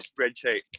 spreadsheet